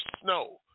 snow